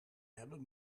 hebben